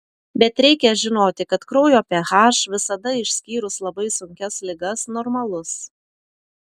bet reikia žinoti kad kraujo ph visada išskyrus labai sunkias ligas normalus